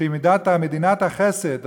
שהיא מדינת חסד,